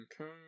Okay